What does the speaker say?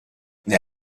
nel